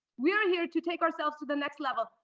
we are here to take ourselves to the next level.